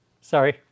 Sorry